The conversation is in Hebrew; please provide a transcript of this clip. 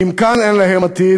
אם כאן אין להם עתיד,